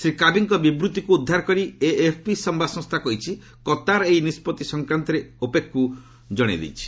ଶ୍ରୀ କାବିଙ୍କ ବିବୃଭିକୁ ଉଦ୍ଧାର କରି ଏଏଫ୍ପି ସମ୍ଘାଦ ସଂସ୍ଥା କହିଛି କାତାର ଏହି ନିଷ୍ପଭି ସଂକ୍ରାନ୍ତରେ ଓପେକ୍କୁ ଜଣାଇ ଦିଆଯାଇଛି